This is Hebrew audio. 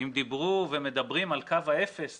אם דיברו ומדברים על קו האפס תמיד,